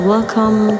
Welcome